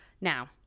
Now